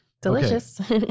Delicious